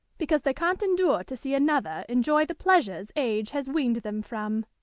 because they can't endure to see another enjoy the pleasures age has weaned them from.